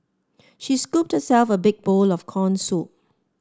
she scooped herself a big bowl of corn soup